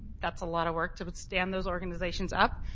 that's a lot of work to but stand those organizations up,